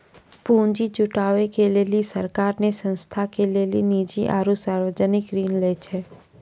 पुन्जी जुटावे के लेली सरकार ने संस्था के लेली निजी आरू सर्वजनिक ऋण लै छै